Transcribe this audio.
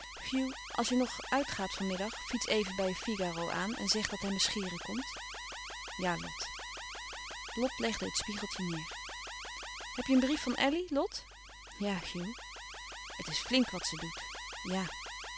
als je nog uitgaat van middag fiets even bij figaro aan en zeg dat hij me scheren komt ja lot lot legde het spiegeltje neêr heb je een brief van elly lot ja hugh het is flink wat ze doet ja